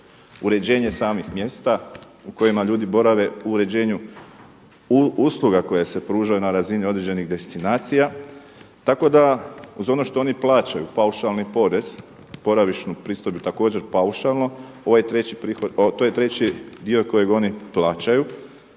uređenje samih mjesta u kojima ljudi borave u uređenju usluga koje se pružaju na razini određenih destinacija. Tako da uz ono što oni plaćaju paušalni porez, boravišnu pristojbu također paušalno ovaj treći prihod, to je reći dio kojeg oni plaćaju